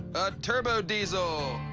a turbo diesel!